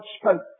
spoke